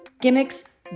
gimmicks